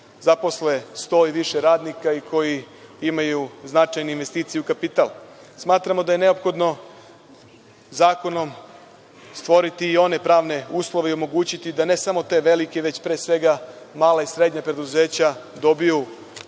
zaposle 100 i više radnika koji imaju značajne investicije u kapital. Smatramo da je neophodno zakonom stvoriti i one pravne uslove i omogućiti da ne samo ta velika, već pre svega mala i srednja preduzeća dobiju